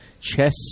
chess